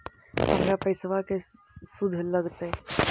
हमर पैसाबा के शुद्ध लगतै?